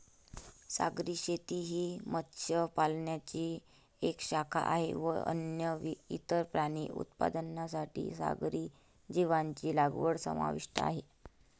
सागरी शेती ही मत्स्य पालनाची एक शाखा आहे व अन्न, इतर प्राणी उत्पादनांसाठी सागरी जीवांची लागवड समाविष्ट आहे